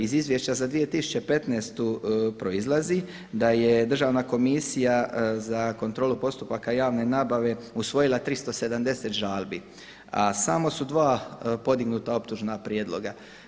Iz izvješća za 2015.godinu proizlazi da je Državna komisija za kontrolu postupaka javne nabave usvojila 370 žalbi, a samo su dva podignuta optužna prijedloga.